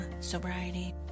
sobriety